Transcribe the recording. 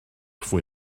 fwy